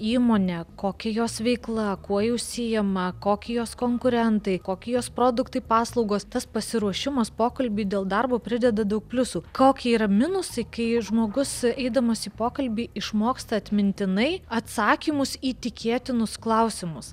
įmone kokia jos veikla kuo ji užsiima kokie jos konkurentai kokie jos produktai paslaugos tas pasiruošimas pokalbiui dėl darbo prideda daug pliusų kokie yra minusai kai žmogus eidamas į pokalbį išmoksta atmintinai atsakymus į tikėtinus klausimus